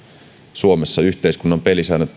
suomessa yhteiskunnan pelisäännöt